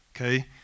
okay